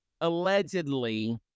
allegedly